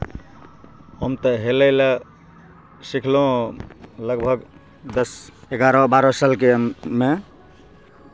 हम तऽ हेलै लए सिखलहूँ लगभग दस एगारह बारह सालके मे